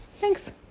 thanks